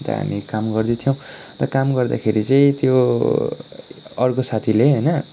अन्त हामी काम गर्दै थियौँ त काम गर्दाखेरि चाहिँ त्यो अर्को साथीले होइन